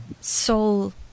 soul